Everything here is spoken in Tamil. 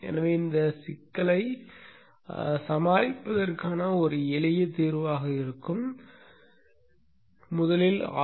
எனவே இந்தச் சிக்கலைச் சமாளிப்பதற்கான ஒரு எளிய தீர்வாக இருக்கும் முதலில் Rs